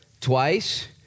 twice